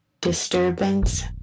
Disturbance